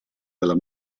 della